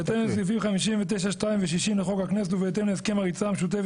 בהתאם לסעיפים 59(2) ו-60 לחוק הכנסת ובהתאם להסכם הריצה המשותפת